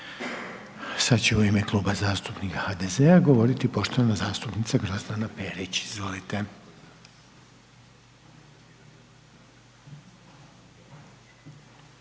Sad će u ime Kluba zastupnika HDZ-a govoriti poštovana zastupnica Grozdana Perić, izvolite.